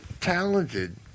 talented